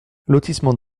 lotissement